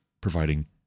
providing